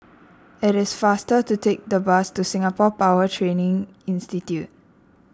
it is faster to take the bus to Singapore Power Training Institute